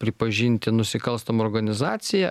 pripažinti nusikalstama organizacija